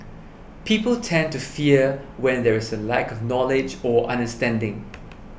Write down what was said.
people tend to fear when there is a lack of knowledge or understanding